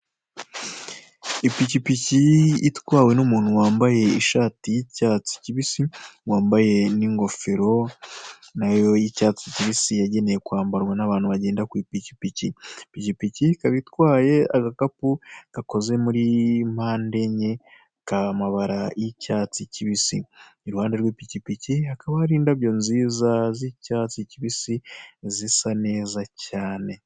Ipikipiki itwawe n'umuntu wambaye ishati y'icyatsikibisi, wambaye n'ingofero nayo y'icyatsi kibisi yagenewe kwambarwa n'abantu bagenda ku ipikipiki. Ipikpiki ikaba itwaye agakapu gakoze muri mpande enye kamabara y'icyatsi kibisi, iruhande rw'ipikipiki hakaba hari indabyo nziza z'icyatsi kibisi, zisa neza cyane.